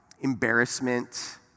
embarrassment